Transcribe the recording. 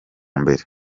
mbere